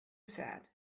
sad